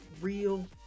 real